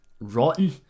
rotten